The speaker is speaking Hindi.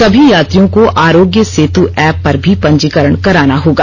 सभी यात्रियों को आरोग्यत सेतु ऐप पर भी पंजीकरण कराना होगा